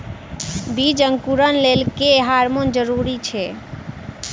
बीज अंकुरण लेल केँ हार्मोन जरूरी छै?